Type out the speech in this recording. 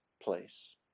place